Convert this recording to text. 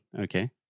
Okay